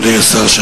אדוני השר,